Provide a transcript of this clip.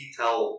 tell